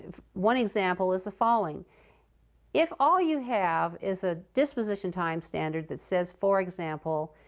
one example is the following if all you have is a disposition time standard that says, for example,